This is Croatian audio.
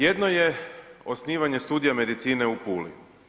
Jedno je osnivanje studija medicine u Puli.